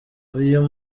uyu